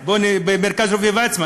במרכז הרפואי ויצמן,